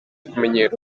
kumenyera